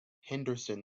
henderson